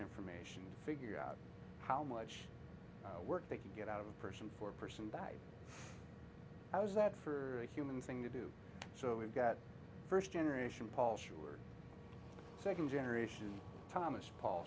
information to figure out how much work they can get out of a person for person by how's that for a human thing to do so we've got first generation paul sure second generation thomas paul